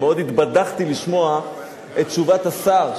מאוד התבדחתי לשמוע את תשובת השר,